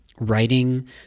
writing